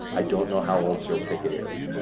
i don't know how old joe pickett is.